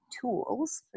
tools